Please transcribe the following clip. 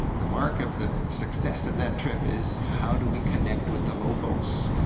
the mark of the success of that trip is how do we connect with the locals?